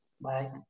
bye